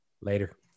Later